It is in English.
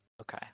Okay